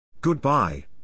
Goodbye